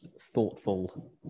thoughtful